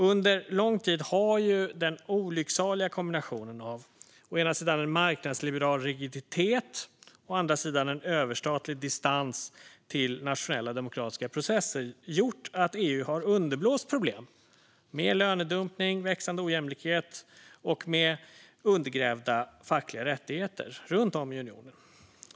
Under lång tid har den olycksaliga kombinationen av å ena sidan en marknadsliberal rigiditet, å andra sidan en överstatlig distans till nationella demokratiska processer gjort att EU har underblåst problem med lönedumpning, växande ojämlikhet och undergrävda fackliga rättigheter, runt om i unionen.